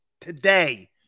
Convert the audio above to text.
today